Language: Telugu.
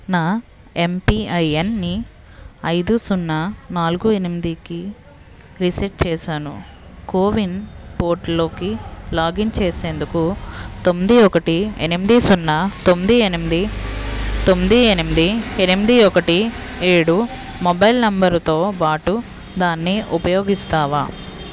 నా ఎంపిఐఎన్ని ఐదు సున్నా నాలుగు ఎనిమిదికి రీసెట్ చేసాను కోవిన్ పోర్టల్లోకి లాగిన్ చేసేందుకు తొమ్మిది ఒకటి ఎనిమిది సున్నా తొమ్మిది ఎనిమిది తొమ్మిది ఎనిమిది ఎనిమిది ఒకటి ఏడు మొబైల్ నంబరుతో పాటు దాన్ని ఉపయోగిస్తావా